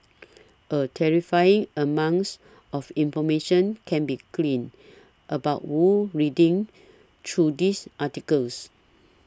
a terrifying amounts of information can be gleaned about Wu reading through these articles